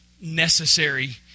necessary